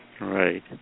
Right